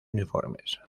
uniformes